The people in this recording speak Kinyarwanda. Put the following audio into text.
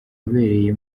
wabereye